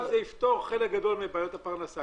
זה יפתור חלק גדול מבעיות הפרנסה